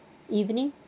evening